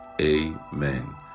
Amen